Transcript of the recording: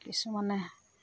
কিছুমানে